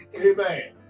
amen